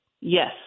Yes